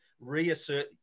reassert